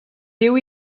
viu